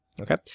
okay